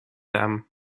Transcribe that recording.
them